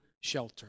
shelter